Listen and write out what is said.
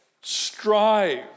strive